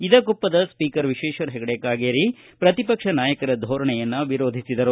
ಇದಕ್ಕೊಪ್ಪದ speaker Vishweshwar Hegde Kageri ಪ್ರತಿಪಕ್ಷ ನಾಯಕರ ಧೋರಣೆಯನ್ನು ವಿರೋಧಿಸಿದರು